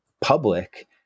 public